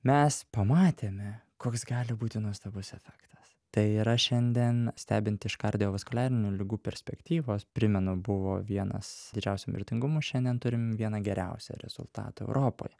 mes pamatėme koks gali būti nuostabus efektas tai yra šiandien stebint iš kardiovaskuliarinių ligų perspektyvos primenu buvo vienas didžiausių mirtingumų šiandien turim vieną geriausią rezultatą europoj